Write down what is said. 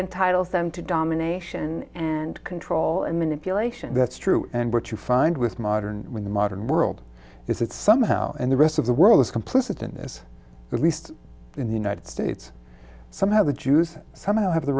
entitles them to domination and control and manipulation that's true and what you find with modern with the modern world is that somehow and the rest of the world is complicit in this in the united states somehow the jews somehow have the